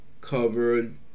covered